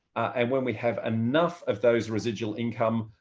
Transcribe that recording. and when we have enough of those residual income,